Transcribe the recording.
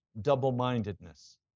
double-mindedness